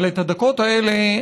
אבל את הדקות האלה,